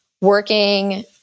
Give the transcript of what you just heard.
working